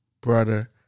brother